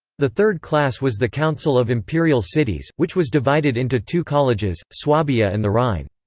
the third class was the council of imperial cities, which was divided into two colleges swabia and the rhine.